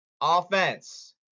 Offense